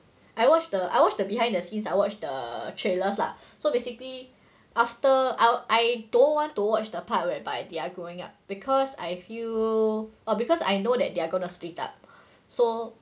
I watched the I watched the behind the scenes I watch the trailers lah so basically after I I don't want to watch the part whereby they are growing up because I feel because I know that they're gonna split up so